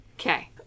Okay